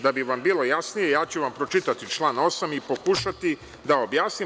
Da bi vam bilo jasnije, ja ću vam pročitati član 8. i pokušati da objasnim.